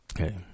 Okay